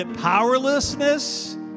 powerlessness